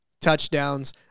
touchdowns